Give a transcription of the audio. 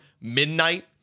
midnight